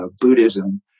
Buddhism